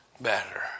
better